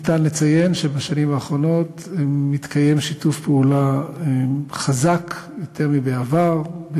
ניתן לציין שבשנים האחרונות מתקיים שיתוף פעולה חזק יותר מבעבר,